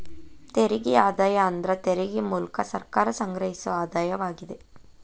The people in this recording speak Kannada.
ತೆರಿಗೆ ಆದಾಯ ಅಂದ್ರ ತೆರಿಗೆ ಮೂಲ್ಕ ಸರ್ಕಾರ ಸಂಗ್ರಹಿಸೊ ಆದಾಯವಾಗಿದೆ